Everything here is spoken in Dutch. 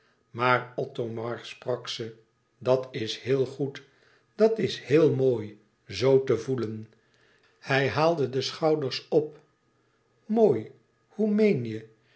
maar othomar sprak ze dat is heel goed dat is heel mooi zoo te voelen hij haalde de schouders op mooi hoe meen